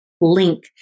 link